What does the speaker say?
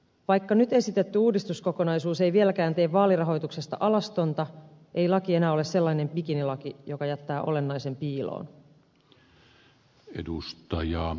vaikka nyt esitetty uudistuskokonaisuus ei vieläkään tee vaalirahoituksesta alastonta ei laki enää ole sellainen bikinilaki joka jättää olennaisen piiloon